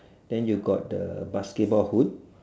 then you got the basketball hood